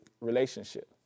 relationship